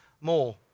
more